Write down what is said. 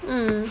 mmhmm